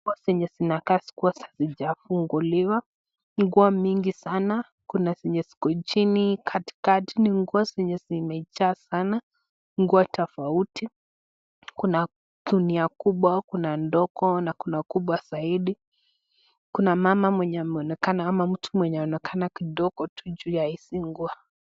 Nguo zenye zinakaa zikiwa hazijafunguliwa, nguo mingi sana, kuna zenye ziko chini katikati ni nguo zenye zimejaa sana, nguo tofauti. Kuna gunia kubwa, kuna ndogo na kuna kubwa zaidi, kuna mama mwenye ameonekana ama mtu mwenye anaonekana kidogo tu juu ya hizi nguo.